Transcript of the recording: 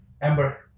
Amber